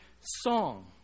song